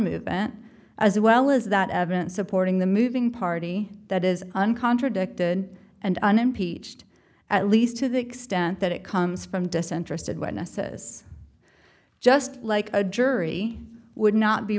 movement as well as that evidence supporting the moving party that is uncontradicted and unimpeached at least to the extent that it comes from disinterested witnesses just like a jury would not be